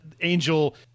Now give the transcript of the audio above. Angel